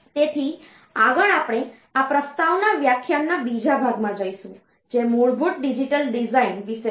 તેથી આગળ આપણે આ પ્રસ્તાવના વ્યાખ્યાનના બીજા ભાગમાં જઈશું જે મૂળભૂત ડિજિટલ ડિઝાઇન વિશે છે